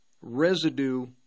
residue